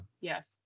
Yes